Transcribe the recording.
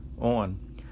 on